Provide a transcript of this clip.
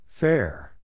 Fair